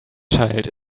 child